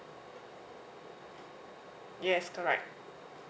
yes correct